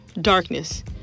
darkness